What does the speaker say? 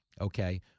Okay